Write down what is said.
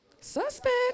Suspect